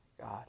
God